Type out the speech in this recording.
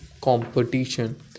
competition